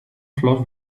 flors